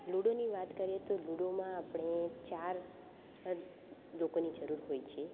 લૂડોની વાત કરીએ તો લૂડોમાં આપણે ચાર લોકોની જરૂર હોય છે